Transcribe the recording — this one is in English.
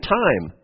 time